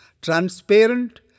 transparent